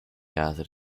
acid